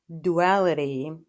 duality